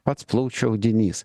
pats plaučių audinys